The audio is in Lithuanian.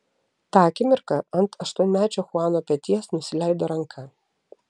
tą akimirką ant aštuonmečio chuano peties nusileido ranka